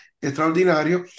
extraordinario